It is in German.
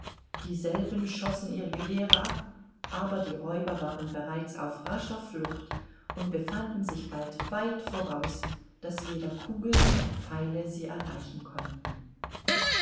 dieselben schossen ihre gewehre ab aber die räuber waren bereits auf rascher flucht und befanden sich bald weit voraus daß weder kugeln noch pfeile sie erreichen konnten